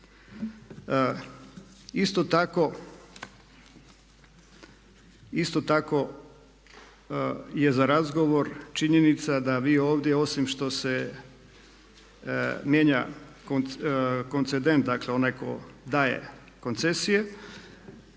Isto tako je za razgovor činjenica da vi ovdje osim što se mijenja koncedent, dakle onaj tko daje koncesije